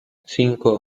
cinco